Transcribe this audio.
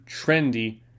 trendy